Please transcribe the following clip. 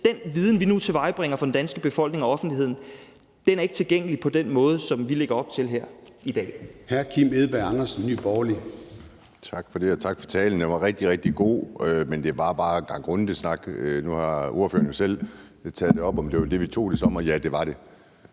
det her skridt tilvejebringer for den danske befolkning og offentligheden, er ikke tilgængelig på den måde, som vi lægger op til her i dag.